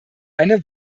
eine